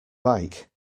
bike